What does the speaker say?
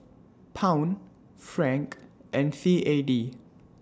Pound Franc and C A D